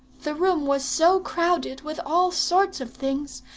the room was so crowded with all sorts of things,